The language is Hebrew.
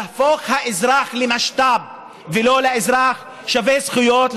להפוך את האזרח למשת"פ ולא לאזרח שווה זכויות,